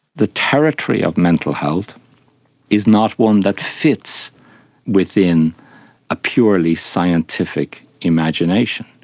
the territory of mental health is not one that fits within a purely scientific imagination.